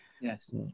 Yes